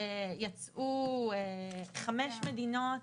יצאו חמש מדינות